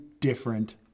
different